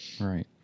Right